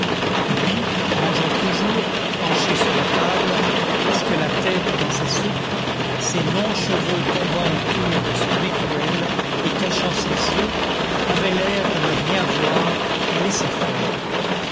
lui mangeant toujours penché sur la table presque la tête dans sa soupe ses longs cheveux tombant autour de son écuelle et cachant ses yeux avait l'air de ne rien voir et laissait faire